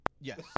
yes